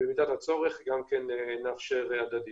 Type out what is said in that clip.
ובמידת הצורך נאפשר גם הדדיות.